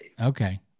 Okay